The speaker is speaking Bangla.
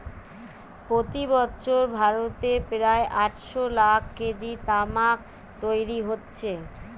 প্রতি বছর ভারতে প্রায় আটশ লাখ কেজি তামাক তৈরি হচ্ছে